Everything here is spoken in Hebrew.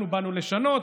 אנחנו באנו לשנות,